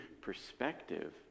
perspective